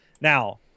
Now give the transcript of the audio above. Now